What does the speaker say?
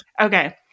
Okay